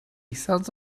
sounds